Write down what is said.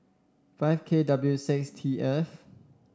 five K W six T F